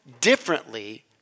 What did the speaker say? differently